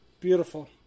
beautiful